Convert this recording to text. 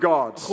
Gods